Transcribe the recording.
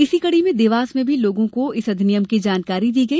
इसी कड़ी में देवास में भी लोगों को इस अधिनियम की जानकारी दी गई